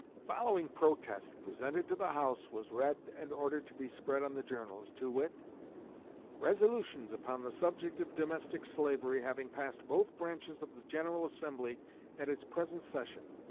the following protest, presented to the house, was read and ordered to be spread on the journals, to wit resolutions upon the subject of domestic slavery having passed both branches of the general assembly at its present session,